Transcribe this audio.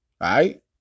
right